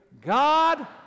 God